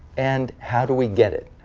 and how do we get it?